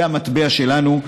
זה המטבע שלנו,